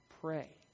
pray